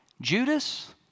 Judas